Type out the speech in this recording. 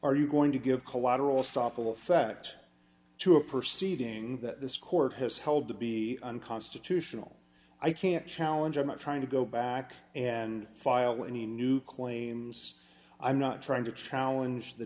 are you going to give collateral stoppel effect to a perceiving that this court has held to be unconstitutional i can't challenge i'm not trying to go back and file any new claims i'm not trying to challenge the